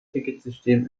ticketsystem